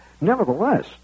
nevertheless